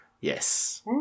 Yes